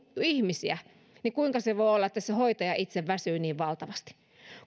ihmisiä niin kuinka voi olla että se hoitaja itse väsyy niin valtavasti